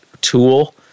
tool